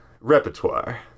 repertoire